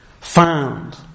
found